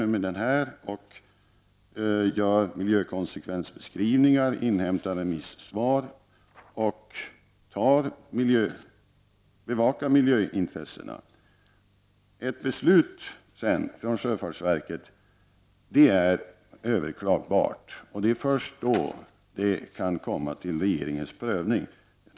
Sjöfartsverket gör miljökonsekvensbeskrivningar, inhämtar remissvar och bevakar miljöintressena. Det beslut som sjöfartsverket sedan fattar är överklagbart, och det är först då det kan komma under regeringens prövning.